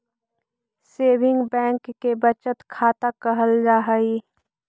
saving bank के बचत खाता कहल जा हइ